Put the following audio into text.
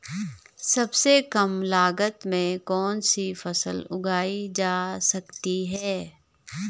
सबसे कम लागत में कौन सी फसल उगाई जा सकती है